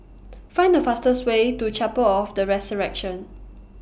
Find The fastest Way to Chapel of The Resurrection